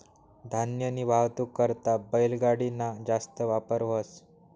धान्यनी वाहतूक करता बैलगाडी ना जास्त वापर व्हस